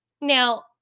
Now